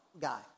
guy